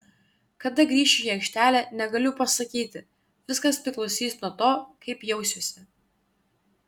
kada grįšiu į aikštelę negaliu pasakyti viskas priklausys nuo to kaip jausiuosi